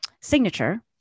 signature